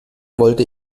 wollte